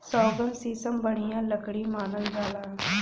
सौगन, सीसम बढ़िया लकड़ी मानल जाला